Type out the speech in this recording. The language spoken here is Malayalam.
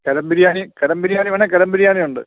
കലം ബിരിയാണി കലം ബിരിയാണി വേണമെങ്കിൽ കലം ബിരിയാണിയുണ്ട്